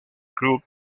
club